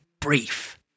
brief